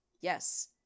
yes